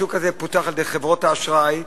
השוק הזה פותח על-ידי חברות האשראי,